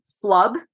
flub